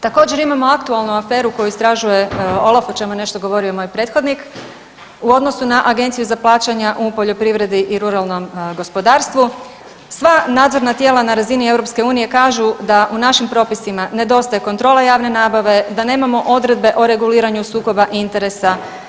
Također imamo aktualnu aferu koju istražuje Olaf o čemu je govorio moj prethodnik u odnosu na Agenciju za plaćanja u poljoprivredi i ruralnom gospodarstvu sva nadzorna tijela na razini EU kažu da u našim propisima nedostaje kontrola javne nabave, da nemamo odredbe o reguliranju sukoba interesa.